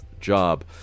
job